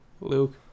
Luke